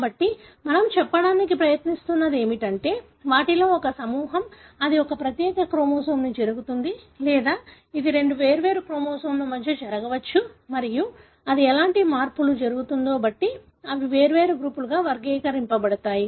కాబట్టి మనం చెప్పడానికి ప్రయత్నిస్తున్నది ఏమిటంటే వాటిలో ఒక సమూహం అది ఒక ప్రత్యేక క్రోమోజోమ్పై జరుగుతుంది లేదా ఇది రెండు వేర్వేరు క్రోమోజోమ్ల మధ్య జరగవచ్చు మరియు అది ఎలాంటి మార్పులు జరుగుతుందో బట్టి అవి వేర్వేరు గ్రూపులుగా వర్గీకరించబడతాయి